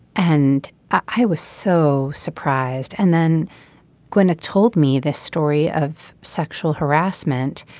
and i was so surprised. and then gwyneth told me this story of sexual harassment.